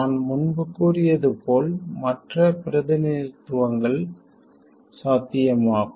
நான் முன்பு கூறியது போல் மற்ற பிரதிநிதித்துவங்கள் சாத்தியமாகும்